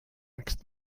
next